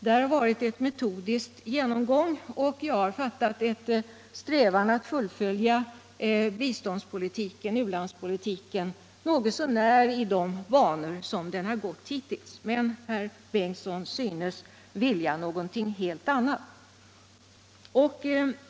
Man har där ägnat sig åt en metodisk genomgång av u-landspolitiken, och såvitt jag förstår har man haft en strävan att fullfölja biståndspolitiken ungefär i de banor som den hittills följt. Men herr Bengtson synes nu vilja något helt annat.